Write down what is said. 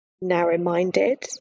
narrow-minded